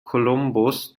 columbus